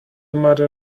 matter